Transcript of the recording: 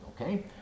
okay